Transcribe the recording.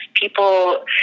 people